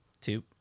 two